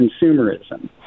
consumerism